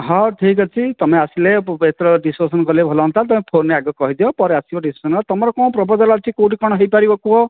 ହଁ ଠିକ୍ଅଛି ତମେ ଆସିଲେ ବେଟର ଡିସ୍କସନ କରିଲେ ଭଲ ହୁଅନ୍ତା ତମେ ଫୋନରେ ଆଗ କହିଦିଅ ପରେ ଆସିବ ଡିସ୍କସନ ହେବ ତମର କଣ ପ୍ରପୋଜାଲ କେଉଁଠି କଣ ହେଇପାରିବ କୁହ